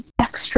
extra